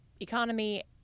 economy